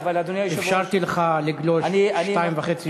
אפשרתי לך לגלוש שתי דקות וחצי.